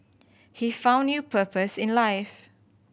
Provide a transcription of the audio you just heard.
he found new purpose in life